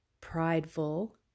prideful